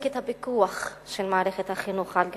את הפיקוח של מערכת החינוך על גני-הילדים.